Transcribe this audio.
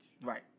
Right